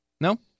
No